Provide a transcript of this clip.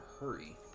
hurry